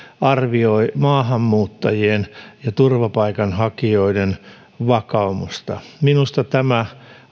arvioi maahanmuuttajien ja turvapaikanhakijoiden vakaumusta minusta tämä